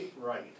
Right